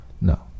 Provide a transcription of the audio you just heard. No